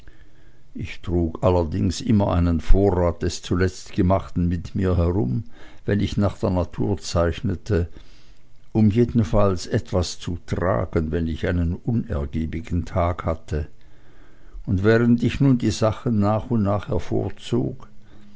ich trug allerdings immer einen vorrat des zuletzt gemachten mit mir herum wenn ich nach der natur zeichnete um jedenfalls etwas zu tragen wenn ich einen unergiebigen tag hatte und während ich nun die sachen nach und nach